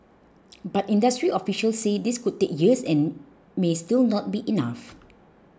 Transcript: but industry officials say this could take years and may still not be enough